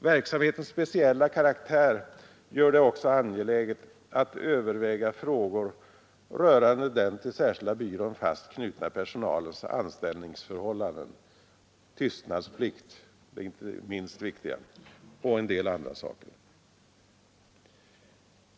Verksamhetens speciella karaktär gör det också angeläget att överväga frågor rörande den till särskilda byrån fast knutna personalens anställningsförhållanden, tystnadsplikt — det är inte det minst viktiga — och en del andra saker.